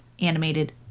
animated